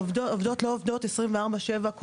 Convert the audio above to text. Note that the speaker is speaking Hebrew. העובדות לא עובדות 24 שעות שבעה ימים בשבוע,